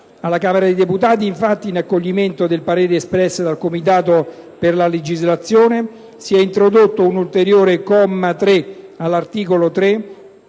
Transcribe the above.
Alla Camera dei deputati, infatti, in accoglimento del parere espresso dal Comitato per la legislazione, si è introdotto un ulteriore comma 3 all'articolo 3,